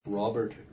Robert